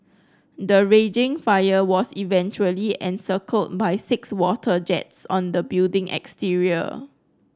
the raging fire was eventually encircled by six water jets on the building exterior